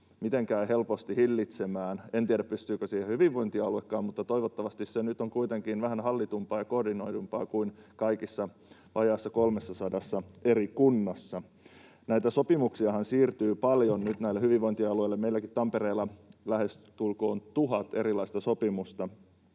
mitenkään helposti hillitsemään. En tiedä, pystyykö siihen hyvinvointialuekaan, mutta toivottavasti se nyt on kuitenkin vähän hallitumpaa ja koordinoidumpaa kuin kaikissa vajaassa 300:ssa eri kunnassa. Näitä sopimuksiahan siirtyy nyt paljon hyvinvointialueille — meilläkin Tampereella lähestulkoon tuhat erilaista sopimusta